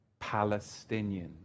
Palestinians